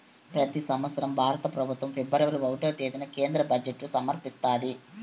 పెతి సంవత్సరం భారత పెబుత్వం ఫిబ్రవరి ఒకటో తేదీన కేంద్ర బడ్జెట్ సమర్పిస్తాది